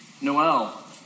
Noel